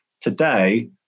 Today